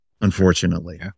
unfortunately